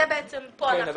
כאן אנחנו עומדים.